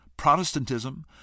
Protestantism